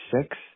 six